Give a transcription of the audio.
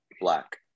Black